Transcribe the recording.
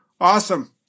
Awesome